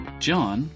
John